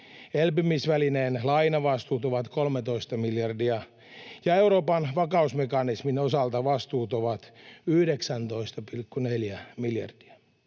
elpymisvälineen lainavastuut ovat 13 miljardia, ja Euroopan vakausmekanismin osalta vastuut ovat 19,4 miljardia.